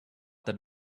that